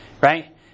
right